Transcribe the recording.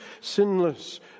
sinless